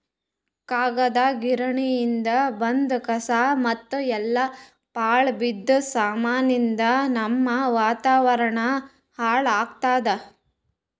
ಕಾಗದ್ ಗಿರಣಿಯಿಂದ್ ಬಂದ್ ಕಸಾ ಮತ್ತ್ ಎಲ್ಲಾ ಪಾಳ್ ಬಿದ್ದ ಸಾಮಾನಿಯಿಂದ್ ನಮ್ಮ್ ವಾತಾವರಣ್ ಹಾಳ್ ಆತ್ತದ